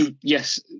yes